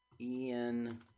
ian